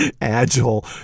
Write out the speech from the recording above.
agile